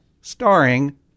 starring